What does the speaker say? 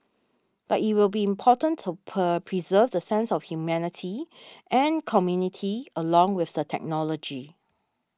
but it will be important to per preserve the sense of humanity and community along with the technology